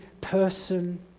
person